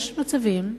יש מצבים שבני-נוער,